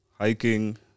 Hiking